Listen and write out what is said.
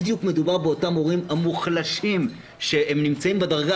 מדובר בהורים המוחלשים שנמצאים בדרגה